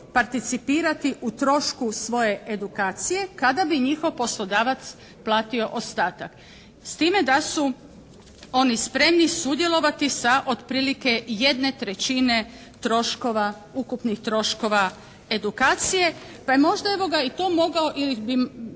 participirati u trošku svoje edukacije kada bi njihov poslodavac platio ostatak, s time da su oni spremni sudjelovati sa otprilike 1/3 ukupnih troškova edukacije, pa je možda i to mogao ili će